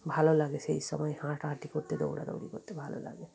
ভালো লাগে সেই সময় হাঁটাহাঁটি করতে দৌড়াদৌড়ি করতে ভালো লাগে